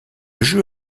jeu